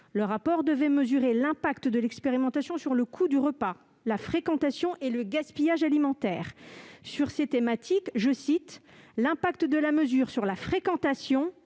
Le rapport devait mesurer l'impact de l'expérimentation sur le coût du repas, la fréquentation et le gaspillage alimentaire. Sur ces thématiques, « l'impact de la mesure sur la fréquentation